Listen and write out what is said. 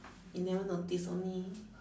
you never notice only